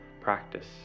Practice